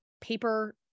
paper